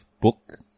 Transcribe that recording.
book